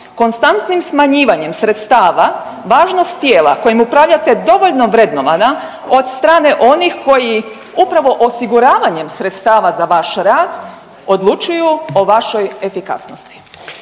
konstantnim smanjivanjem sredstava važnost tijela kojim upravljate dovoljno vrednovana od strane onih koji upravo osiguravanjem sredstava za vaš rad odlučuju o vašoj efikasnosti?